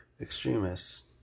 extremists